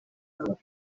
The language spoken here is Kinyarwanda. yabo